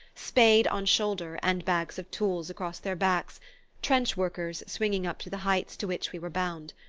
spade on shoulder and bags of tools across their backs trench-workers swinging up to the heights to which we were bound.